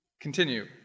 continue